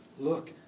Look